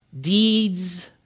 deeds